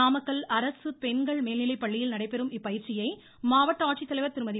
நாமக்கல் அரசு பெண்கள் மேல்நிலைப்பள்ளியில் நடைபெறும் இப்பயிற்சியை மாவட்ட ஆட்சித்தலைவர் திருமதி